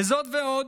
זאת ועוד,